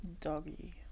doggy